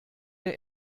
der